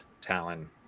Talon